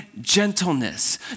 gentleness